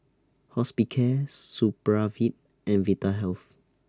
Hospicare Supravit and Vitahealth